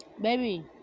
Baby